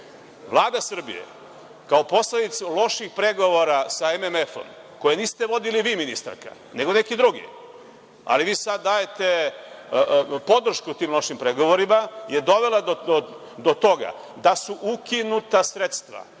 Vlada Srbije je, kao posledicu loših pregovora sa MMF, koje niste vodili vi, ministarka, nego neki drugi, ali vi sada dajete podršku tim lošim pregovorima, dovela do toga da su ukinuta sredstva